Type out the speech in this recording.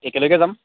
একেলগে যাম